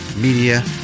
Media